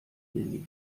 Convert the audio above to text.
denise